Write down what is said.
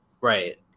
Right